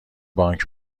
بانک